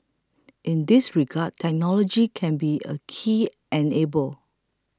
in this regard technology can be a key enabler